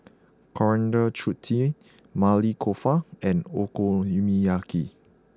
Coriander Chutney Maili Kofta and Okonomiyaki